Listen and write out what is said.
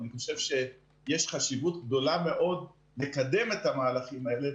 אני חושב שיש חשיבות גדולה מאוד לקדם את המהלכים האלה,